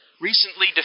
recently